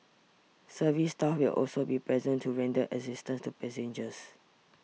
service staff will also be present to render assistance to passengers